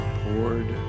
poured